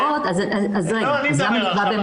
אני רוצה להסביר,